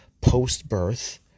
post-birth